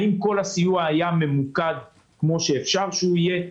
האם כל הסיוע היה ממוקד כפי שאפשר שהוא יהיה?